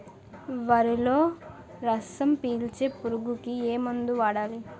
వరిలో రసం పీల్చే పురుగుకి ఏ మందు వాడాలి?